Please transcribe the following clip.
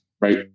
Right